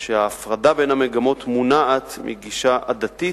שההפרדה בין המגמות מונעת מגישה עדתית,